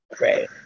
Right